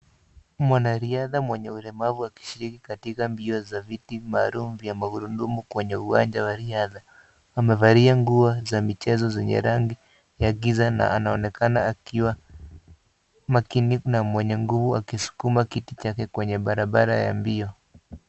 Mwanariadha mwenye ulemavu akishiriki katika mbio za viti maalum vya magurudumu kwenye uwanja wa riadha, amevalia nguo za michezo zenye rangi ya giza na anaonekana akiwa makini na mwenye nguvu akiskuma kiti chake kwenye barabara ya mbio.